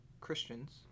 Christians